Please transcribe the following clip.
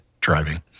driving